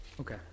Okay